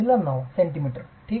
विद्यार्थीः सेंटीमीटर ठीक आहे